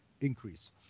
increase